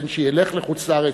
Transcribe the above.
בין שילך לחוץ-לארץ,